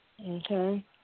Okay